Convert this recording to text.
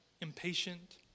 impatient